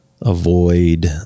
avoid